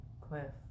cliff